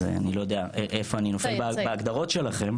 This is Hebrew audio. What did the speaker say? אז אני לא יודע איפה אני נופל בהגדרות שלכם.